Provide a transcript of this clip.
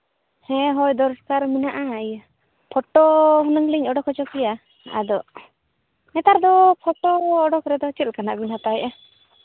ᱦᱮᱸ ᱦᱳᱭ ᱫᱚᱨᱠᱟᱨ ᱢᱮᱱᱟᱜᱼᱟ ᱤᱭᱟᱹ ᱯᱷᱳᱴᱳ ᱦᱩᱱᱟᱹᱝ ᱞᱤᱧ ᱚᱰᱚᱠ ᱦᱚᱪᱚ ᱠᱮᱭᱟ ᱟᱫᱚ ᱱᱮᱛᱟᱨ ᱫᱚ ᱯᱷᱳᱴᱳ ᱚᱰᱚᱠ ᱨᱮᱫᱚ ᱪᱮᱫ ᱞᱮᱠᱟ ᱱᱟᱜ ᱵᱤᱱ ᱦᱟᱛᱟᱣᱮᱜᱼᱟ